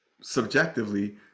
subjectively